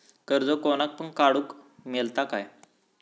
कर्ज कोणाक पण काडूक मेलता काय?